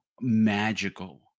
magical